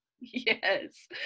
Yes